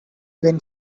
been